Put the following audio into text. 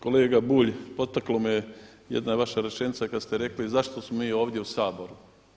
Kolega Bulj, potakla me jedna vaša rečenica kad ste rekli zašto smo mi ovdje u Saboru?